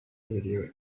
radio